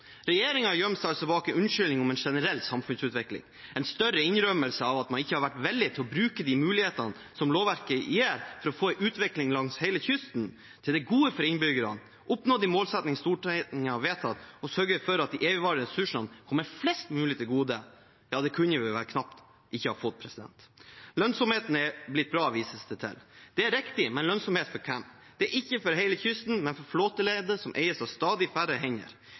en unnskyldning om generell samfunnsutvikling. En større innrømmelse av at man ikke har vært villig til å bruke de mulighetene som lovverket gir for å få en utvikling langs hele kysten til gode for innbyggerne, oppnå de målsettingene Stortinget har vedtatt, og sørge for at de evigvarende ressursene kommer flest mulig til gode, kunne vi vel knapt fått. Lønnsomheten er blitt bra, vises det til. Det er riktig. Men lønnsomhet for hvem? Det er ikke for hele kysten, men for flåteleddet som eies av stadig færre hender.